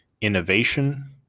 innovation